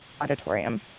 auditorium